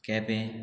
केंपें